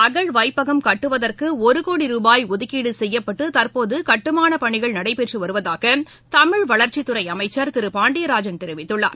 அகழ்வைப்பகம் கீழடயில் ரூபாய் ஒதுக்கீடுசெய்யப்பட்டுதற்போதுகட்டுமானபணிகள் நடைபெற்றுவருவதாகதமிழ் வளர்ச்சிக் துறைஅமைச்சர் திருபாண்டியராஜன் தெரிவித்துள்ளார்